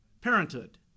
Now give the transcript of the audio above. parenthood